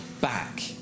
back